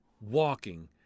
walking